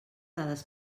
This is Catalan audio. dades